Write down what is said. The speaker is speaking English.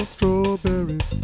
Strawberries